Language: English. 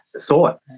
thought